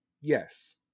Yes